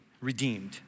redeemed